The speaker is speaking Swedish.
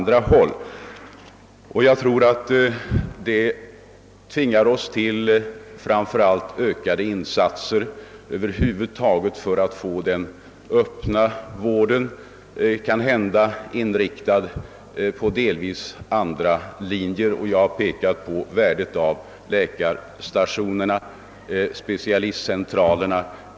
Det tvingar oss till ökade insatser för att över huvud taget få den öppna vården inriktad efter kanske delvis andra linjer. Jag har därvid pekat på värdet av läkarstationer eller specialistcentraler.